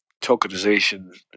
tokenization